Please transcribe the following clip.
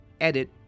edit